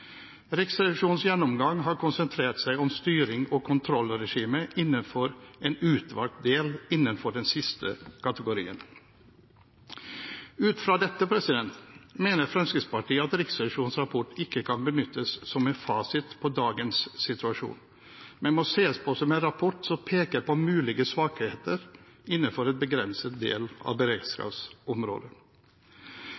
Riksrevisjonens gjennomgang har konsentrert seg om styring og kontrollregime innenfor en utvalgt del innenfor den siste kategorien.» Ut fra dette mener Fremskrittspartiet at Riksrevisjonens rapport ikke kan benyttes som en fasit på dagens situasjon, men må ses på som en rapport som peker på mulige svakheter innenfor en begrenset del av beredskapsområdet.